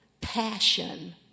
passion